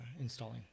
installing